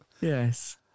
Yes